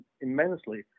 immensely